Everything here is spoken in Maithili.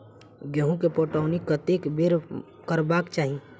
गेंहूँ केँ पटौनी कत्ते बेर करबाक चाहि?